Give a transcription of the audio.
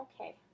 Okay